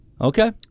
Okay